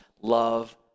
Love